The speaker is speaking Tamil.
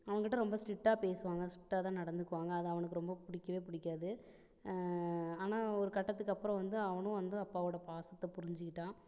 அவங்கிட்ட ரொம்ப ஸ்ட்ரிட்டாக பேசுவாங்க ஸ்ட்ரிட்டாக தான் நடந்துக்குவாங்க அது அவுனுக்கு ரொம்ப பிடிக்கவே பிடிக்காது ஆனால் ஒரு கட்டத்துக்கு அப்புறோம் வந்து அவனும் வந்து அப்பாவோட பாசத்தை புரிஞ்சிக்கிட்டான்